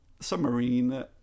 submarine